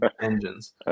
engines